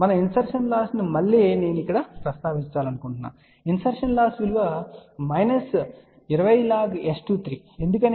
మనము insertion loss ను మళ్ళీ నేను ప్రస్తావించాలనుకుంటున్నాను ఇన్సర్షన్ లాస్ విలువ మైనస్ 20 log s23 ఎందుకు